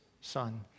Son